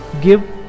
give